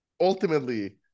ultimately